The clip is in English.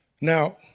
Now